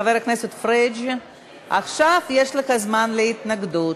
חבר הכנסת פריג', עכשיו יש לך זמן להתנגדות.